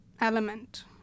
element